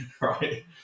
Right